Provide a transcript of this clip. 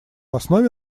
основе